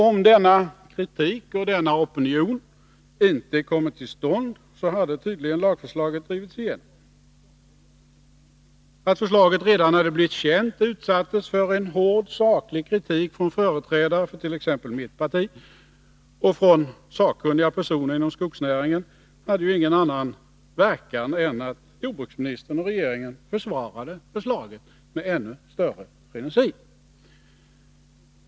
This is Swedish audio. Om denna kritik och denna opinion inte kommit till stånd hade tydligen lagförslaget drivits igenom. Att förslaget redan när det blev känt utsattes för en hård saklig kritik från företrädare från t.ex. mitt parti och från sakkunniga personer inom skogsnäringen hade ju ingen annan verkan än att jordbruksministern och regeringen försvarade förslaget med ännu större frenesi.